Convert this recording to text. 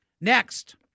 Next